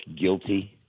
guilty